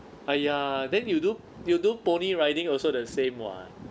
!aiya! then you do you do pony riding also the same [what]